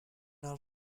are